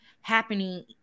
happening